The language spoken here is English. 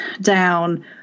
down